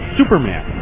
Superman